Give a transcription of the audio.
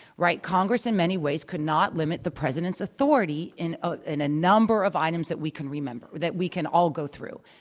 congress in many ways could not limit the president's authority in ah in a number of items that we can remember that we can all go through.